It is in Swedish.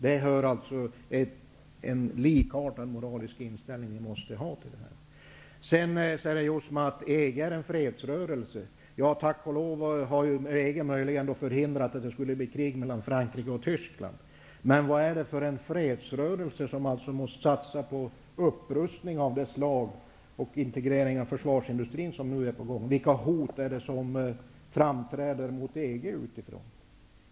Vi måste ha en likartad moralisk inställning till detta. Robert Jousma säger vidare att EG är en fredsrörelse. Tack och lov har krig mellan Frankrike och Tyskland förhindrats genom bildandet av EG, men vad är EG för slags fredsrörelse som måste satsa på den upprustning och integrering av försvarsindustrin som nu pågår. Vilka hot framträder utifrån mot EG?